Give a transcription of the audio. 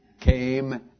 came